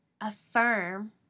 affirm